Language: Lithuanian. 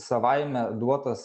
savaime duotas